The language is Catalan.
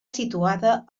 situada